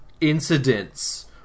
Incidents